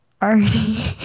Already